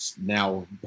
now